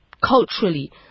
culturally